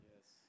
Yes